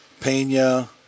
Pena